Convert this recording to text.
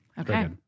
Okay